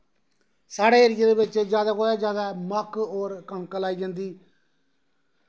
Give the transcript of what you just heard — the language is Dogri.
साढ़े एरिया दे बिच जादै कोला जादै मक्क होर कनक लाई जंदी